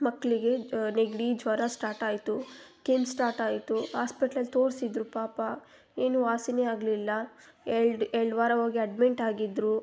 ಮಕ್ಕಳಿಗೆ ನೆಗಡಿ ಜ್ವರ ಸ್ಟಾಟಾಯಿತು ಕೆಮ್ಮು ಸ್ಟಾಟಾಯಿತು ಹಾಸ್ಪೆಟ್ಲಲ್ಲಿ ತೋರಿಸಿದ್ರು ಪಾಪ ಏನು ವಾಸಿನೇ ಆಗಲಿಲ್ಲ ಎರಡು ಎರಡು ವಾರ ಹೋಗಿ ಅಡ್ಮೆಂಟ್ ಆಗಿದ್ರು